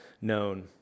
known